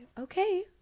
Okay